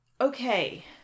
Okay